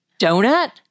donut